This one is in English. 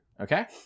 Okay